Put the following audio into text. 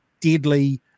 deadly